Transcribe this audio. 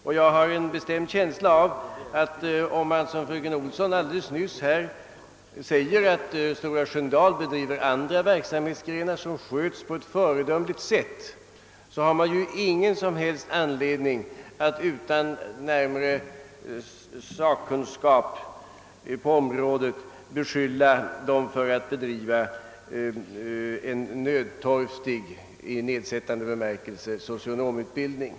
Om man säger som fröken Olsson att Stora Sköndal bedriver andra verksamheter på ett föredömligt sätt, har man ingen som helst anledning att utan närmare sakkunskap på området beskylla skolan för att bedriva en »nödtorftig socionomutbildning».